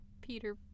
Peter